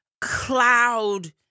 cloud